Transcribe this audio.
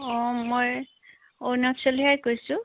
অঁ মই অৰুণা চলিহাই কৈছোঁ